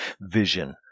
vision